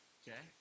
okay